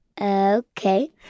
Okay